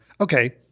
okay